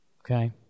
Okay